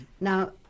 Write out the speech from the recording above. now